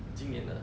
今年的